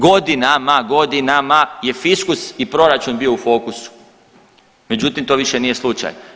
Godinama, godinama je fiskus i proračun bio u fokusu, međutim to više nije slučaj.